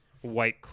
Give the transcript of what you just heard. white